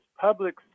public